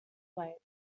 plate